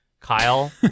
Kyle